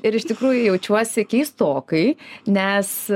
ir iš tikrųjų jaučiuosi keistokai nes